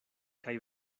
kaj